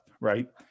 right